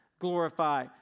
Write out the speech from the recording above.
glorify